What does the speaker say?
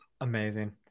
Amazing